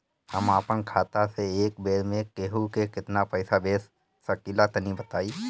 हम आपन खाता से एक बेर मे केंहू के केतना पईसा भेज सकिला तनि बताईं?